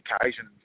occasion